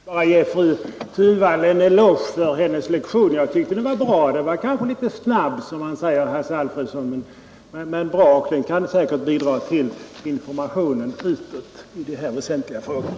Herr talman! Jag vill bara ge fru Thunvall en eloge för hennes lektion; jag tycker den var bra. Den var kanske litet hastig, som Hasse Alfredson säger, men den kan säkert bidra till informationen utåt i dessa väsentliga frågor.